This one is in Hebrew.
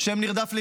שם נרדף לירושלים.